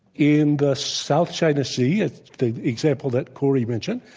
in the south china sea, if the example that kori mentioned.